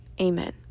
Amen